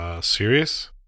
serious